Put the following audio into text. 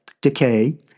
decay